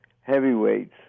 heavyweights